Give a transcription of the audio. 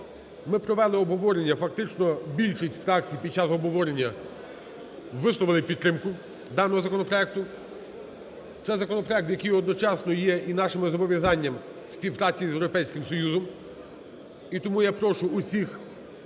Ми провели обговорення, фактично більшість фракцій під час обговорення висловили підтримку даного законопроекту. Це законопроект, який одночасно є і нашим зобов'язанням співпраці з Європейським Союзом. І тому я прошу усіх